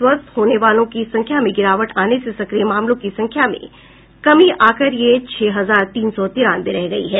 स्वस्थ होने वालों की संख्या में गिरावट आने से सक्रिय मामलों की संख्या में कमी आकर यह छह हजार तीन सौ तिरानवे रह गई है